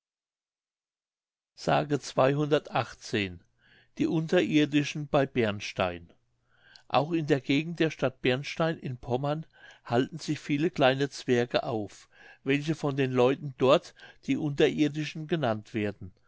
die unterirdischen bei bernstein auch in der gegend der stadt bernstein in pommern halten sich viele kleine zwerge auf welche von den leuten dort die unterirdischen genannt werden